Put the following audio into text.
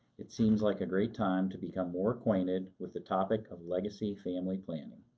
it seems like a great time to become more acquainted with the topic of legacy family planning.